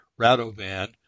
Radovan